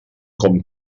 com